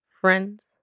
friends